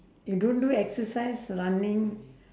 you don't do exercise running